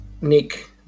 Nick